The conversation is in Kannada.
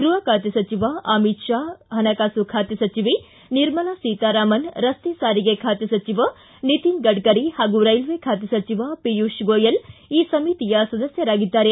ಗೃಹ ಖಾತೆ ಸಚಿವ ಅಮಿತ್ ಶಾ ಹಣಕಾಸು ಖಾತೆ ಸಚಿವೆ ನಿರ್ಮಲಾ ಸೀತಾರಾಮನ್ ರಸ್ತೆ ಸಾರಿಗೆ ಖಾತೆ ಸಚಿವ ನಿತಿನ್ ಗಡ್ಡರಿ ಹಾಗೂ ರೈಲ್ವೆ ಖಾತೆ ಸಚಿವ ಪಿಯುಷ್ ಗೋಯಲ್ ಈ ಸಮಿತಿಯ ಸದಸ್ವರಾಗಿದ್ದಾರೆ